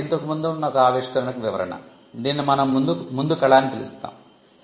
కాబట్టి ఇది ఇంతకుముందు ఉన్న ఒక ఆవిష్కరణకు వివరణ దీనిని మనం ముందు కళ అని పిలుస్తాము